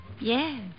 Yes